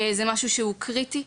זה משהו שהוא קריטי.